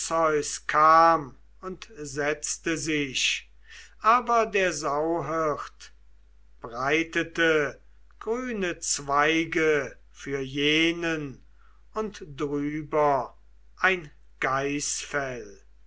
kam und setzte sich aber der sauhirt breitete grüne zweige für jenen und drüber ein